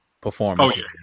performance